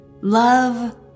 love